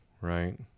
right